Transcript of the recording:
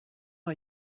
are